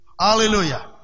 Hallelujah